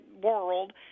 world